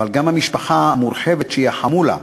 אבל גם המשפחה המורחבת, שהיא החמולה,